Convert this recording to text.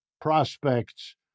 prospects